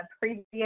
previous